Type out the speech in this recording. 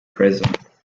present